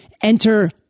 enter